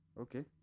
Okay